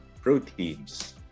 proteins